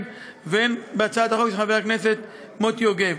והן בהצעת החוק של חבר הכנסת מוטי יוגב,